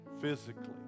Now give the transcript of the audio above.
physically